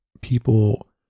people